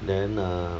then err